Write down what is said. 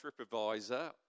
TripAdvisor